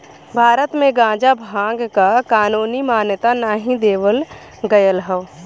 भारत में गांजा भांग क कानूनी मान्यता नाही देवल गयल हौ